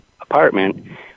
apartment